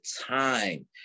time